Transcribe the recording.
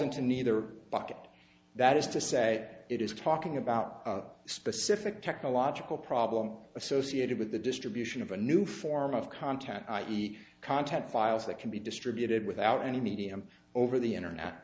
into neither bucket that is to say it is talking about a specific technological problem associated with the distribution of a new form of content i e content files that can be distributed without any medium over the